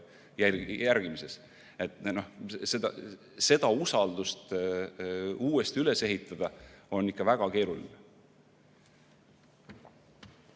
järgimises. Seda usaldust uuesti üles ehitada on ikka väga keeruline.